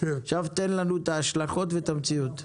עכשיו תן לנו את ההשלכות ואת המציאות.